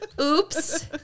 Oops